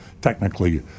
technically